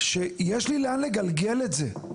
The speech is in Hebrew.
שיש לי לאן לגלגל את זה,